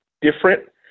different